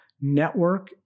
Network